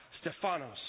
Stephanos